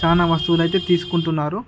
చాలా వస్తువులయితే తీసుకుంటున్నారు